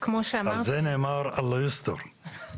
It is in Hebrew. על זה נאמר אללה יוסטור.